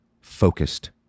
focused